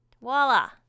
voila